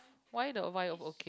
why the wife okay